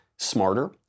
smarter